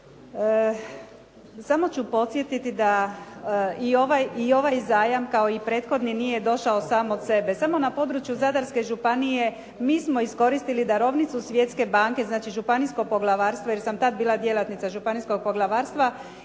Samo ću podsjetiti da i ovaj zajam, kao i prethodni, nije došao sam od sebe. Samo na području Zadarske županije mi smo iskoristili darovnicu Svjetske banke, znači županijsko poglavarstvo jer sam tad bila djelatnica županijskog poglavarstva,